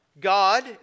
God